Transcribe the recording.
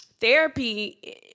therapy